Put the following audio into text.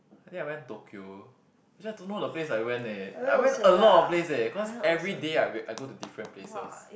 I think I went Tokyo actually I don't know the place I went eh I went a lot place eh cause everyday I went I go to different places